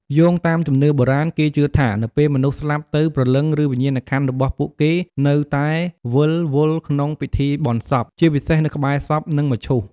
យោងតាមជំនឿបុរាណ គេជឿថា នៅពេលមនុស្សស្លាប់ទៅ ព្រលឹង ឬវិញ្ញាណក្ខន្ធរបស់ពួកគេនៅតែវិលវល់ក្នុងពិធីបុណ្យសព ជាពិសេសនៅក្បែរសព និងមឈូស។